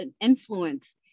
influence